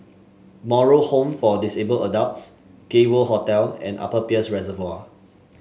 Moral Home for Disabled Adults Gay World Hotel and Upper Peirce Reservoir